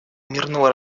мирного